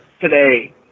today